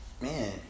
Man